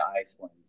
Iceland